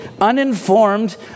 uninformed